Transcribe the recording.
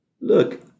Look